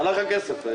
הלך הכסף...